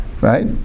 right